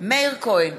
מאיר כהן,